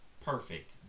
perfect